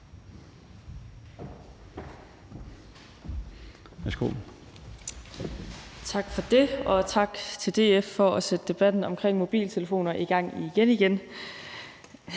Tak for det, og tak til DF for at sætte debatten omkring mobiltelefoner i gang igen